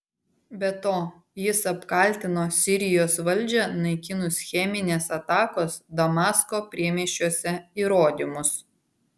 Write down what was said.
be to jis apkaltino sirijos valdžią naikinus cheminės atakos damasko priemiesčiuose įrodymus